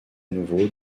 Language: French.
nouveau